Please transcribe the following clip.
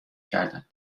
کردندمن